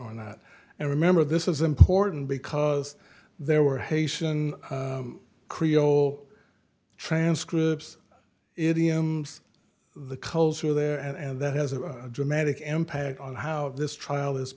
or not and remember this is important because there were haitian creole transcripts idioms the culture there and that has a dramatic impact on how this trial is